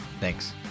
Thanks